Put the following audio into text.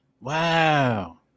wow